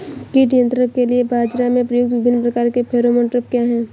कीट नियंत्रण के लिए बाजरा में प्रयुक्त विभिन्न प्रकार के फेरोमोन ट्रैप क्या है?